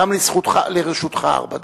גם לרשותך ארבע דקות,